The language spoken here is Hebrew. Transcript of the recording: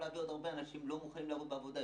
הרבה אנשים לא מוכנים לבוא לעבוד בעבודה הזאת.